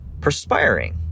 perspiring